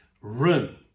room